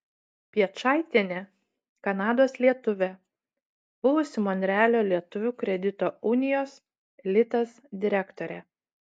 piečaitienė kanados lietuvė buvusi monrealio lietuvių kredito unijos litas direktorė